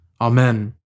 Amen